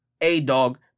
A-dog